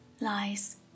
lies